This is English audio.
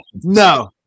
no